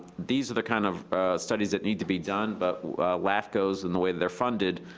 these are the kind of studies that need to be done, but lafcos and the way that they're funded,